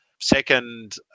Second